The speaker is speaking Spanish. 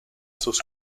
sus